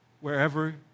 wherever